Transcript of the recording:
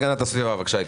בבקשה.